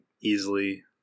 easily